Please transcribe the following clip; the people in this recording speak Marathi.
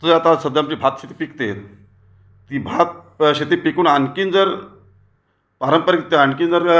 तर आता सध्या आमची भातशेती पिकते ती भात शेती पिकून आणखी जर पारंपारिकरित्या आणखी जर